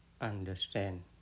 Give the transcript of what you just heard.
understand